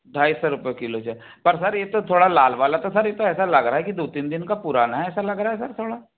ढाई सौ रुपए किलो सर पर सर ये तो थोड़ा लाल वाला तो सर ये तो ऐसा लग रहा है कि दो तीन दिन का पुराना है ऐसा लग रहा है सर थोड़ा